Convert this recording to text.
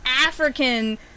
African